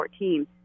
2014